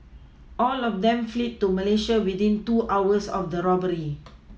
all of them fled to Malaysia within two hours of the robbery